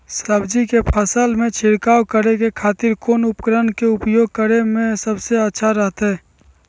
सब्जी के फसल में छिड़काव करे के खातिर कौन उपकरण के उपयोग करें में सबसे अच्छा रहतय?